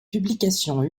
publications